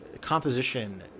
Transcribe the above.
composition